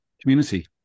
Community